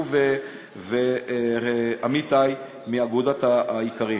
ואמיתי מאגודת האיכרים.